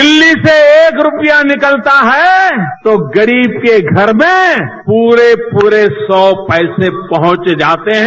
दिल्ली से एक रूपया निकलता है तो गरीब के घर में पूरे पूरे सौ पैसेपहुंच जाते हैं